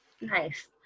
nice